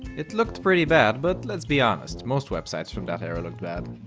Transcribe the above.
it looked pretty bad, but let's be honest, most websites from that era looked bad.